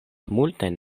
multajn